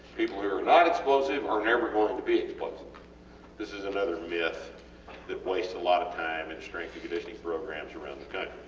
people who are explosive are never going to be explosive this is another myth that wastes a lot of time in strength and conditioning programs around the country